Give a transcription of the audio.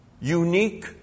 unique